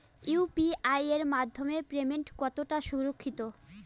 UPI এর মাধ্যমে payment কতটা সুরক্ষিত?